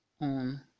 on